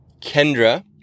Kendra